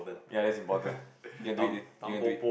ya that's important you can do it you can do it